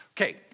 Okay